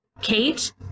Kate